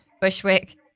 Bushwick